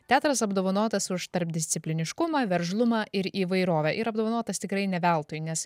teatras apdovanotas už tarpdiscipliniškumą veržlumą ir įvairovę ir apdovanotas tikrai ne veltui nes